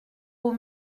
aux